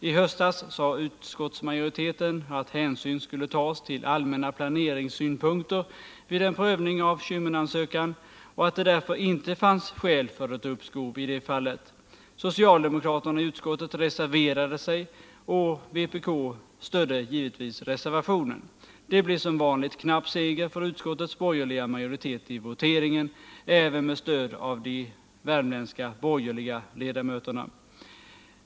I höstas sade utskottsmajoriteten att hänsyn skulle tas till allmänna planeringssynpunkter vid en prövning av Kymmenansökan och att det därför inte fanns skäl för ett uppskov i det fallet. Socialdemokraterna i utskottet reserverade sig, och vpk stödde givetvis reservationen. Det blev som vanligt en knapp seger för utskottets borgerliga majoritet i voteringen, även med stöd av de värmländska borgerliga ledamöterna.